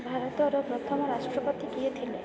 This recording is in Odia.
ଭାରତର ପ୍ରଥମ ରାଷ୍ଟ୍ରପତି କିଏ ଥିଲେ